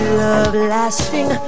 love-lasting